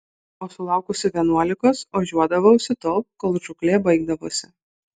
o sulaukusi vienuolikos ožiuodavausi tol kol žūklė baigdavosi